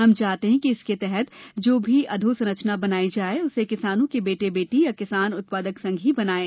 हम चाहते हैं कि इसके तहत जो भी अधोसंरचना बनाये जायें उसे किसानों के बेटे बेटी या किसान उत्पादक संघ ही बनायें